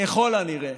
ככל הנראה